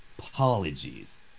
Apologies